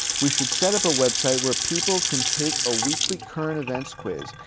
we should set up a website where people can take a weekly current events quiz,